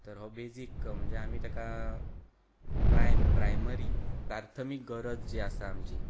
तर हो बेजीक म्हणजे आमी तेका प्रायम प्रायमरी प्राथमीक गरज जी आसा आमची